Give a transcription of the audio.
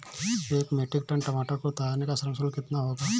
एक metric ton टमाटर को उतारने का श्रम शुल्क कितना होगा?